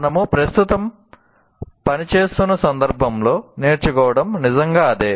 మనము ప్రస్తుతం పనిచేస్తున్న సందర్భంలో నేర్చుకోవడం నిజంగా అదే